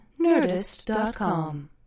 Nerdist.com